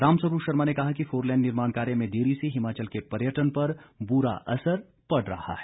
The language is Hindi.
रामस्वरूप शर्मा ने कहा कि फोरलेन निर्माण कार्य में देरी से हिमाचल के पर्यटन पर ब्रा असर पड़ रहा है